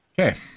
Okay